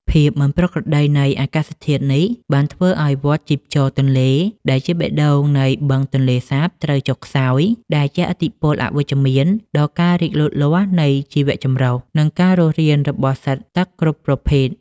ភាពមិនប្រក្រតីនៃអាកាសធាតុនេះ បានធ្វើឱ្យវដ្តជីពចរទន្លេ ដែលជាបេះដូងនៃបឹងទន្លេសាបត្រូវចុះខ្សោយ ដែលជះឥទ្ធិពលអវិជ្ជមានដល់ការរីកលូតលាស់នៃជីវចម្រុះ និងការរស់រានរបស់សត្វទឹកគ្រប់ប្រភេទ។